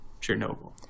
Chernobyl